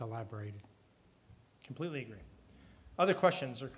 collaborated completely agree other questions or